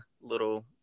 little